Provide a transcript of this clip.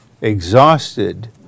exhausted